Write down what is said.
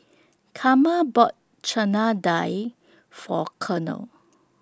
Karma bought Chana Dal For Cornel